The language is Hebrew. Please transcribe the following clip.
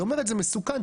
היא אומרת שזה מסוכן,